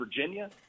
Virginia